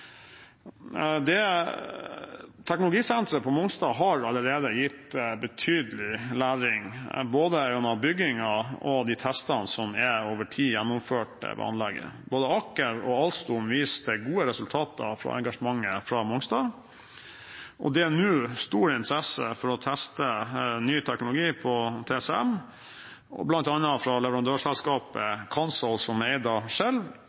Teknologisenteret på Mongstad har allerede gitt betydelig læring, gjennom både byggingen og de testene som over tid er gjennomført ved anlegget. Både Aker og Alstom viste gode resultater fra engasjementet på Mongstad, og det er nå stor interesse for å teste ny teknologi på TCM, bl.a. fra leverandørselskapet Cansolv, som